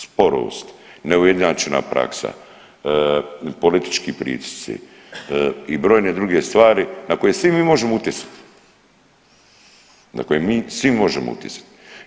Sporost, neujednačena praksa, politički pritisci i brojne druge stvari na koje svi mi možemo utjecati, na koje svi mi možemo utjecati.